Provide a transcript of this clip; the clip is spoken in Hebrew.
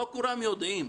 לא כולם יודעים.